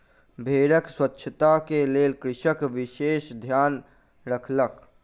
भेड़क स्वच्छता के लेल कृषक विशेष ध्यान रखलक